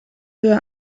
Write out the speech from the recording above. höhe